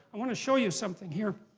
i want to show you something here,